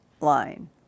line